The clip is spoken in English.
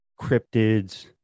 cryptids